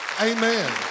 Amen